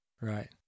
right